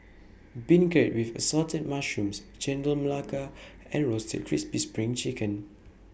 Beancurd with Assorted Mushrooms Chendol Melaka and Roasted Crispy SPRING Chicken